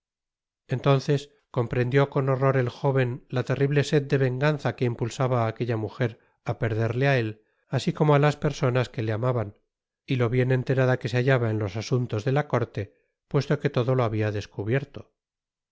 entonces comprendió con horror el jóven la terrible sed de venganza que impulsaba á aquella mujer á perderle á él asi como á las personas que le amaban y lo bien enterada que se hallaba en los asuntos de la corte puesto que todo lo habia descubierto